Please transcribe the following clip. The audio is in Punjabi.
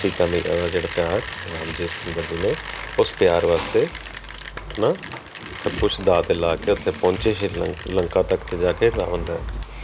ਸੀਤਾ ਲਈ ਜਿਹੜਾ ਪਿਆਰ ਰਾਜ ਜੀ ਚੰਦਰ ਜੀ ਨੇ ਉਸ ਪਿਆਰ ਵਾਸਤੇ ਆਪਣਾ ਸਭ ਕੁਝ ਦਾਅ 'ਤੇ ਲਾ ਕੇ ਉਥੇ ਪਹੁੰਚੇ ਸੀ ਲ ਲੰਕਾ ਤੱਕ ਜਾ ਕੇ ਰਾਵਣ ਤੱਕ